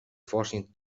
fossin